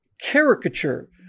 caricature